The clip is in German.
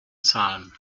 zahlen